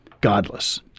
godless